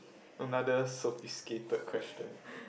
another sophisticated question